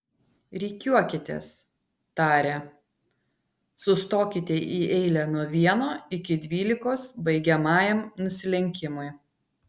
rikiuokitės tarė sustokite į eilę nuo vieno iki dvylikos baigiamajam nusilenkimui